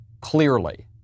clearly